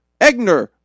Egner